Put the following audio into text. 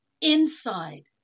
inside